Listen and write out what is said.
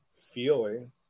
feeling